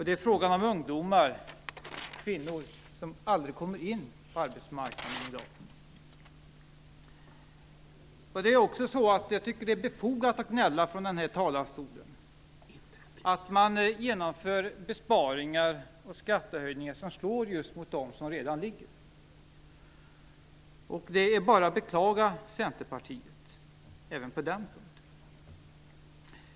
Det är frågan om ungdomar och kvinnor som aldrig kommer in på arbetsmarknaden. Jag tycker att det är befogat att gnälla från denna talarstol när man genomför besparingar och skattehöjningar som slår just mot dem som redan ligger. Det är bara att beklaga Centerpartiet även på den punkten.